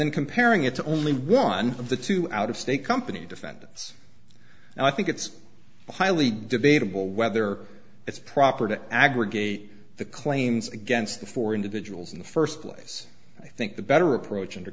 then comparing it to only one of the two out of state company defendants and i think it's highly debatable whether it's proper to aggregate the claims against the four individuals in the first place i think the better approach und